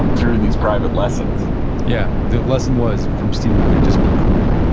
um through these private lessons yeah, the lesson was from steve mcqueen, just be cool.